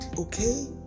Okay